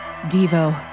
Devo